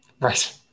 right